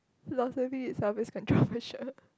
is always controversial